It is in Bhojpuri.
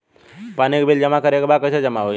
पानी के बिल जमा करे के बा कैसे जमा होई?